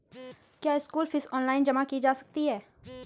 क्या school fees online जमा की जा सकती है?